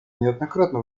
неоднократно